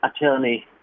attorney